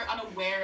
unaware